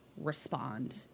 respond